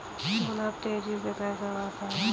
गुलाब तेजी से कैसे बढ़ता है?